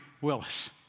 Willis